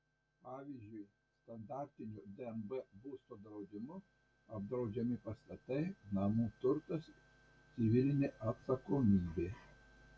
pavyzdžiui standartiniu dnb būsto draudimu apdraudžiami pastatai namų turtas civilinė atsakomybė